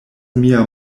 mia